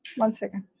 one second.